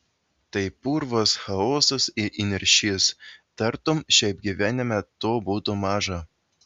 tai purvas chaosas ir įniršis tartum šiaip gyvenime to būtų maža